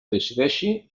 decideixi